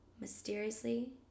mysteriously